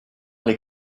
les